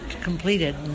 completed